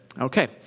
Okay